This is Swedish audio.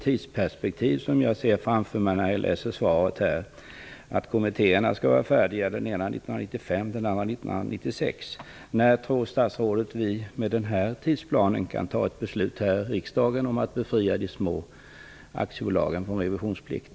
När jag läser svaret ser jag att den ena kommittén skall vara färdig 1995 och den andra 1996. När tror statsrådet att vi med denna tidsplan kan fatta ett beslut här i riksdagen om att befria de små aktiebolagen från revisionsplikt?